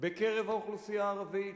בקרב האוכלוסייה הערבית,